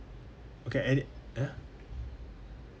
okay any ya